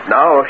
Now